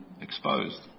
exposed